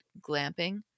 glamping